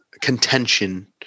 contention